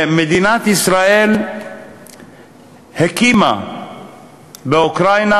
שמדינת ישראל הקימה באוקראינה,